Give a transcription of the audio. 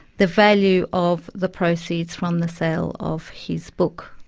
the value of the proceeds from the sale of his book.